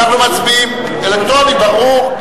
אלקטרונית, ברור.